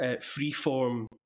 free-form